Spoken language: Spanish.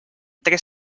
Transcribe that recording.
tres